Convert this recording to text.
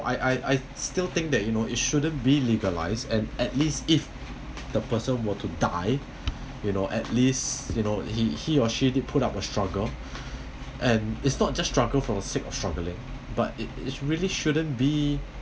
I I I still think that you know it shouldn't be legalised and at least if the person want to die you know at least you know he he or she did put up a struggle and it's not just struggle for the sake of struggling but it it's really shouldn't be